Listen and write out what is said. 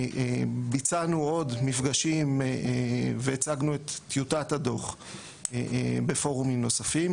ביצענו עוד מפגשים והצגנו את טיוטת הדוח בפורומים נוספים.